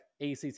ACC